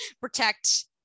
protect